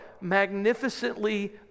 magnificently